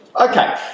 Okay